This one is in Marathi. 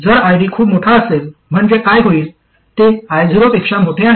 जर ID खूप मोठा असेल म्हणजे काय होईल ते I0 पेक्षा मोठे आहे